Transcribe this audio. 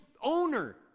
owner